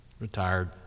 retired